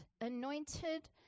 Anointed